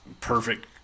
perfect